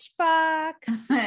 matchbox